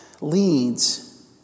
leads